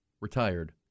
retired